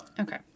Okay